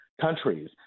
countries